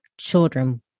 children